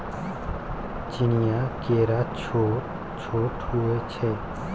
चीनीया केरा छोट छोट होइ छै